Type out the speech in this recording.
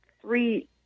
three